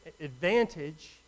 advantage